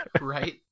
Right